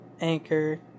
Anchor